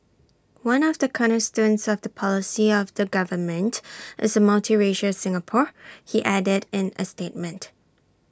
one of the cornerstones of the policy of the government is A multiracial Singapore he added in A statement